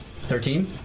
Thirteen